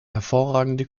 hervorragende